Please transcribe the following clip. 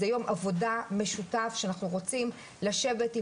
זה יום עבודה משותף שאנחנו רוצים לשבת,